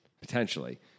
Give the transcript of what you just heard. potentially